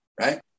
right